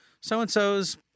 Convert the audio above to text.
so-and-so's